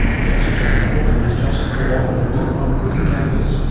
professor jan copeland has just co-authored a book on quitting cannabis.